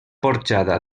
porxada